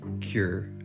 cure